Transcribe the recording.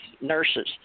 nurses